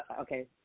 Okay